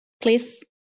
please